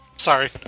Sorry